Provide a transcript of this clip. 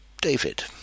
David